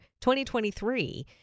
2023